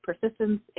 persistence